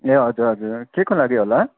ए हजुर हजुर केको लागि होला